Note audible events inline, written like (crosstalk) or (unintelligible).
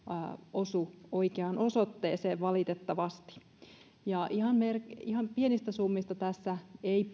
osu oikeaan osoitteeseen valitettavasti ihan ihan pienistä summista tässä ei (unintelligible)